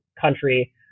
country